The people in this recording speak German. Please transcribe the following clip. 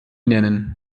nennen